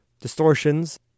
distortions